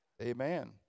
Amen